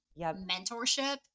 mentorship